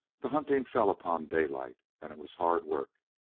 the hunting fell upon daylight, and it was hard work.